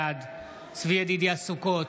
בעד צבי ידידיה סוכות,